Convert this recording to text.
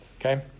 okay